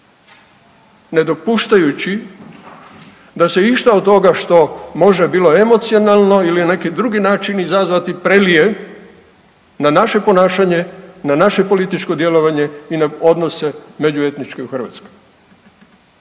ne dopuštajući da se išta od toga što može bilo emocionalno ili na neki drugi način izazvati prelije na naše ponašanje, na naše političko djelovanje i na odnose međuetničke u Hrvatskoj.